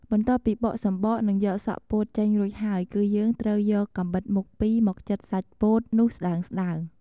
បន្ទាប់ពីបកសំបក និងយកសក់ពោតចេញរួចហើយគឺយើងត្រូវយកកាំបិតមុខពីរមកចិតសាច់ពោតនោះស្ដើងៗ។